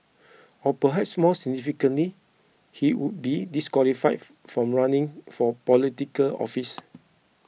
or perhaps more significantly he would be disqualified from running for Political Office